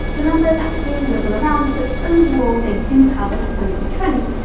the numbers actually wiggle around, but overall they do have an ascending trend.